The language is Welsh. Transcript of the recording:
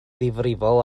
ddifrifol